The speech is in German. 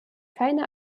keine